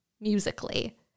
musically